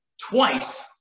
twice